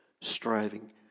striving